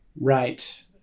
Right